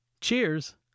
Cheers